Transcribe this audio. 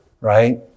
right